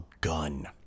gun